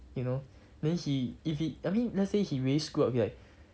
you know then he if he I mean let's say he really screwed up like